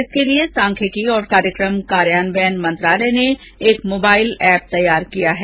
इसके लिए सांख्यिकी और कार्यक्रम कार्यान्वयन मंत्रालय ने एक मोबाइल एप बनाया है